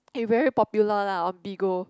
he very popular lah on Bigo